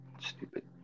stupid